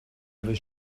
was